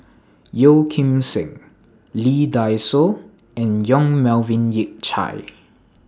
Yeo Kim Seng Lee Dai Soh and Yong Melvin Yik Chye